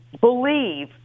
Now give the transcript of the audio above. believe